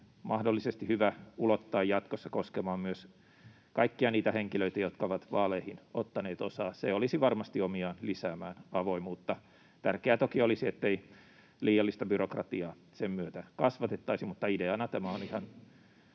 mahdollisesti hyvä ulottaa jatkossa koskemaan myös kaikkia niitä henkilöitä, jotka ovat vaaleihin ottaneet osaa. Se olisi varmasti omiaan lisäämään avoimuutta. Tärkeää toki olisi, ettei liiallista byrokratiaa sen myötä kasvatettaisi, mutta ideana tämä on ihan